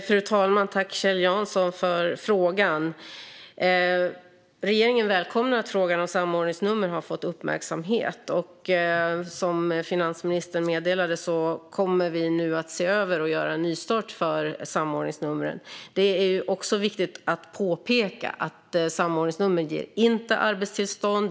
Fru talman! Tack, Kjell Jansson, för frågan! Regeringen välkomnar att frågan om samordningsnummer har fått uppmärksamhet. Som finansministern meddelade kommer vi nu att se över och göra en nystart för samordningsnumren. Det är också viktigt att påpeka att samordningsnumren inte ger arbetstillstånd.